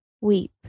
Weep